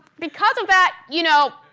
because of that, you know,